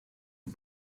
the